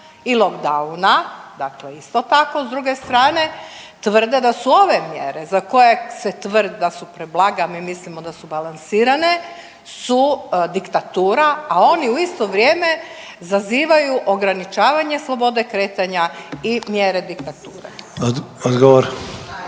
i lockdowna dakle isto tako, s druge strane tvrde da su ove mjere za koje se tvrdi da su preblage, a mi mislimo da su balansirane su diktatura, a oni u isto vrijeme zazivaju ograničavanja slobode kretanja i mjere diktature.